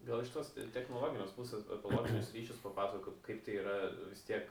gal iš tos technologinės pusės apie loginius ryšius papasakok kaip tai yra vis tiek